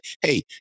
hey